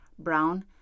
brown